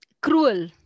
Cruel